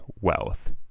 wealth